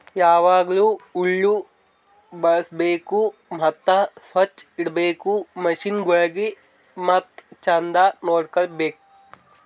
ಯಾವಾಗ್ಲೂ ಹಳ್ಳು ಬಳುಸ್ಬೇಕು ಮತ್ತ ಸೊಚ್ಚ್ ಇಡಬೇಕು ಮಷೀನಗೊಳಿಗ್ ಮತ್ತ ಚಂದ್ ನೋಡ್ಕೋ ಬೇಕು